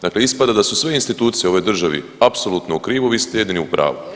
Dakle, ispada da su sve institucije u ovoj državi apsolutno u krivu, vi ste jedini u pravu.